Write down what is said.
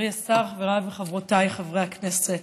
חברי השר, חבריי וחברותיי חברי הכנסת,